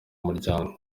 muryango